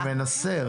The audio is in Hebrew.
אני מנסה.